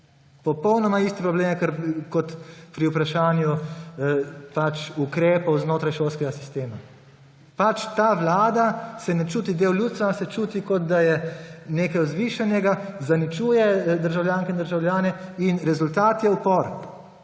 Popolnoma isti problem je kot pri vprašanju ukrepov znotraj šolskega sistema. Ta vlada se ne čuti del ljudstva, ampak se čuti, kot da je nekaj vzvišenega, zaničuje državljanke in državljane in rezultat je upor.